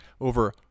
over